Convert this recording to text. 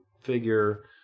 figure